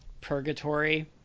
purgatory